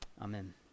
amen